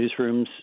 newsrooms